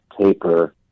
taper